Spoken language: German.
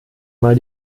mal